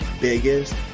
biggest